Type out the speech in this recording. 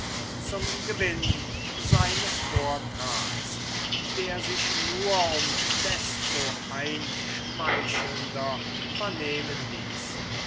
zum gewinn seines vortrags der sich nur um desto einschmeicheln der vernehmen ließ